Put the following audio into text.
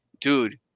dude